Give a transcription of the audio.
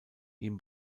ihm